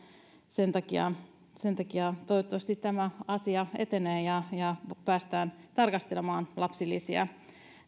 sen takia sen takia tämä asia toivottavasti etenee ja ja päästään tarkastelemaan lapsilisiä